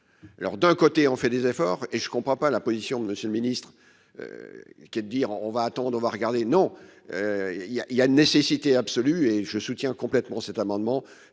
lors d'un côté, on fait des efforts et je ne comprends pas la position de monsieur le ministre, qui est de dire : on va attendre, on va regarder, non, il y a, il y a une nécessité absolue et je soutiens complètement cet amendement,